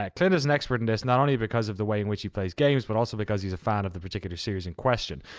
like clint is an expert in this. not only because of the way in which he plays games but also because he's a fan of the particular series in question.